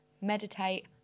meditate